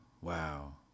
Wow